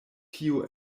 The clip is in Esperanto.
tio